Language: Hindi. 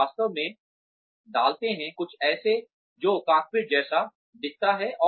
वे वास्तव में डालते हैं कुछ ऐसा जो कॉकपिट जैसा दिखता है